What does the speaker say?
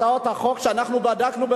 הצעות החוק שאנחנו בדקנו,